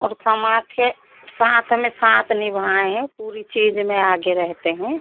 और समाज के साथ में साथ निभाए हैं पूरी चीज़ में आगे रहते हैं